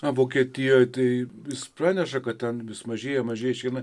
na vokietijoj tai vis praneša kad ten vis mažėja mažėja išeina